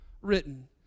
written